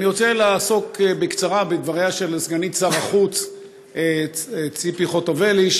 אני רוצה לעסוק בקצרה בדבריה של סגנית שר החוץ ציפי חוטובלי,